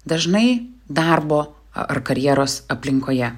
dažnai darbo ar karjeros aplinkoje